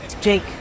Jake